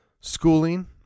schooling